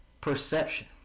perception